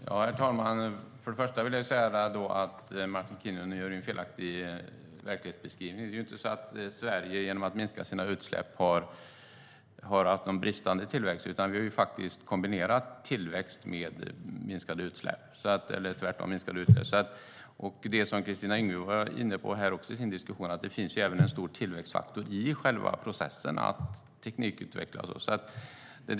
Herr talman! Först och främst vill jag säga att Martin Kinnunen gör en felaktig verklighetsbeskrivning. Det är inte så att Sverige genom att minska sina utsläpp har haft bristande tillväxt, utan vi har faktiskt kombinerat minskade utsläpp med tillväxt. Kristina Yngwe var i sin diskussion inne på att det också finns en stor tillväxtfaktor i själva processen att teknikutveckla.